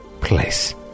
place